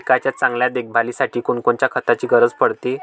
पिकाच्या चांगल्या देखभालीसाठी कोनकोनच्या खताची गरज पडते?